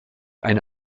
eine